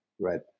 right